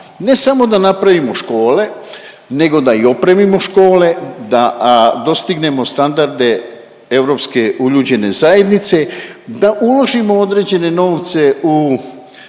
ne samo da napravimo škole nego da i opremimo škole, da dostignemo standarde europske uljuđene zajednice da uložimo određene novce u